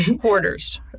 quarters